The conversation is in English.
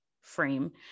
frame